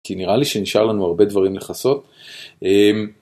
כי נראה לי שנשאר לנו הרבה דברים לכסות.